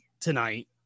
tonight